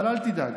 אבל אל תדאג.